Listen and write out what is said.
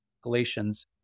galatians